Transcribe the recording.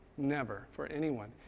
never, for anyone.